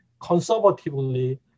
conservatively